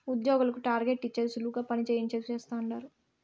ఉద్యోగులకు టార్గెట్ ఇచ్చేది సులువుగా పని చేయించేది చేస్తండారు